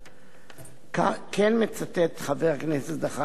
כן מצטט חבר הכנסת זחאלקה ממצא מן